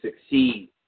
succeed